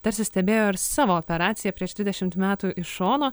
tarsi stebėjo ir savo operaciją prieš trisdešimt metų iš šono